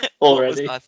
already